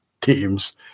teams